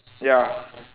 ya